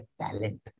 talent